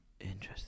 interesting